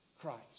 Christ